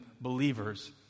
believers